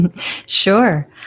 Sure